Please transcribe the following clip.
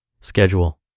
Schedule